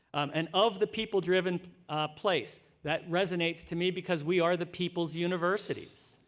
and of the people driven place that resonates to me because we are the people universities.